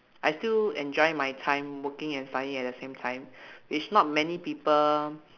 I still enjoy my time working and studying at the same time which not many people